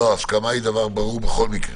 לא, הסכמה היא דבר ברור בכל מקרה.